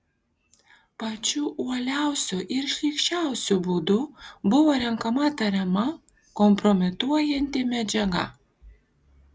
pačiu uoliausiu ir šlykščiausiu būdu buvo renkama tariama kompromituojanti medžiaga